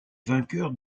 vainqueur